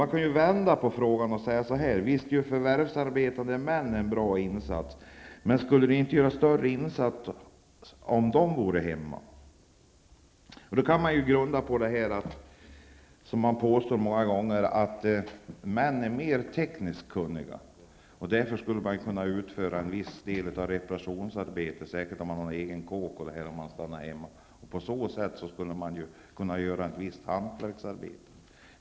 Man kan ju vända på detta och säga: Visst gör förvärvsarbetande män en bra insats. Men skulle de inte göra större insatser om de vore hemma? Det påstås många gånger att män är mer tekniskt kunniga. Därför skulle de kunna utföra en viss del av reparationsarbete t.ex. på en villa om de stannade hemma. På det sättet skulle de kunna göra ett visst hantverksarbete.